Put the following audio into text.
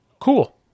Cool